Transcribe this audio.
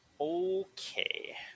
Okay